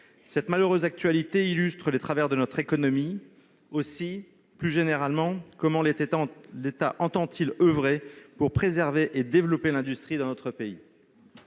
Cette malheureuse actualité illustre les travers de notre économie. Plus généralement, comment l'État entend-il oeuvrer pour préserver et développer l'industrie dans notre pays